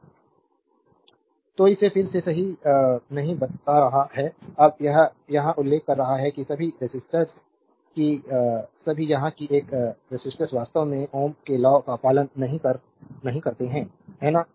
slide time देखें 1711 तो इसे फिर से सही नहीं बता रहा है अब यह यहाँ उल्लेख कर रहा है कि सभी रेसिस्टर्स कि सभी यहाँ है कि सभी रेसिस्टर्स वास्तव में Ω के लॉ का पालन नहीं करते हैं है ना